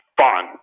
fun